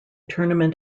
tournament